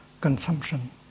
consumption